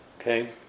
Okay